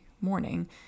morning